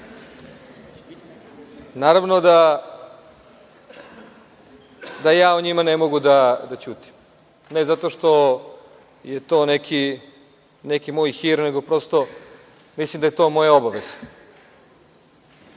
Naravno da ja o njima ne mogu da ćutim, ne zato što je to neki moj hir, nego prosto mislim da je to moja obaveza.